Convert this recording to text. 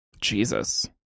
Jesus